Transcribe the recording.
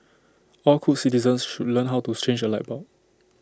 all good citizens should learn how to change A light bulb